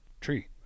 tree